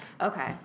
Okay